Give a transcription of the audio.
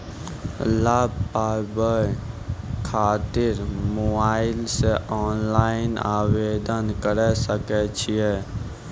लाभ पाबय खातिर मोबाइल से ऑनलाइन आवेदन करें सकय छियै?